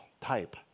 type